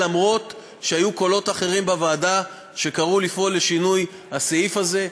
אף שהיו קולות אחרים בוועדה שקראו לפעול לשינוי הסעיף הזה.